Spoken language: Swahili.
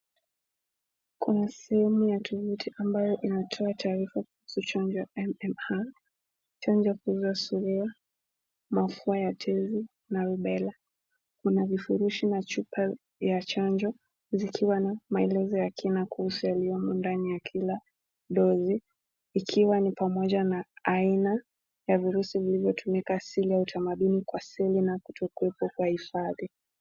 Kuna sehemu ya tovuti ambayo inayotoa taarifa kuhusu chanjo ya MMR . Chanjo kuzuia ya surua, mafua ya tezi, na lubera. Kuna vifurushi na chupa ya chanjo, zikiwa na maelezo ya kina kuhusu yaliyomo ndani ya kila dozi, ikiwa ni pamoja na aina ya virusi vilivyotumika asili ya utamaduni na kutokuwepo kwa hifadhi.